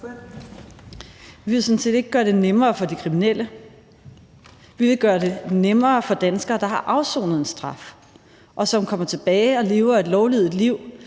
Vi vil sådan set ikke gør det nemmere for de kriminelle. Vi vil gøre det nemmere for danskere, der har afsonet en straf, og som kommer ud og lever et lovlydigt liv,